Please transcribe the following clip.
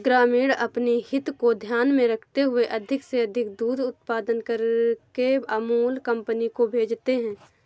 ग्रामीण अपनी हित को ध्यान में रखते हुए अधिक से अधिक दूध उत्पादन करके अमूल कंपनी को भेजते हैं